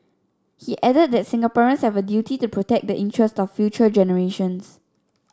he added that Singaporeans have a duty to protect the interest of future generations